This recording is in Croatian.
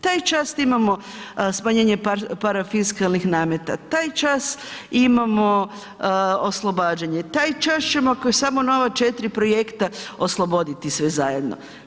Taj čas imamo smanjenje parafiskalnih nameta, taj čas imamo oslobađanje, taj čas ćemo ako je samo na ova 4 projekta osloboditi sve zajedno.